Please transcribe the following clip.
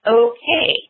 okay